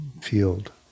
field